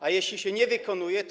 A jeśli się nie wykonuje, to.